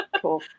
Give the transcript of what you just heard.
Cool